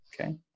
okay